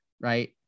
right